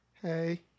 Hey